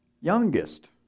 youngest